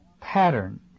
pattern